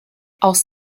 aus